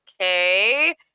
okay